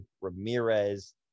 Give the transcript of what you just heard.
Ramirez